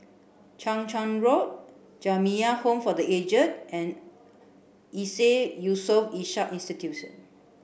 Chang Charn Road Jamiyah Home for the Aged and ISEAS Yusof Ishak Institute